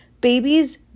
Babies